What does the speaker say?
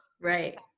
Right